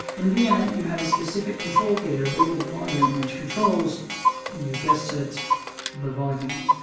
in vienna, you have a specific control fader, labeled volume, which controls you guessed it the volume,